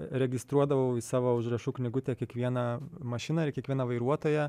registruodavau į savo užrašų knygutę kiekvieną mašiną ir kiekvieną vairuotoją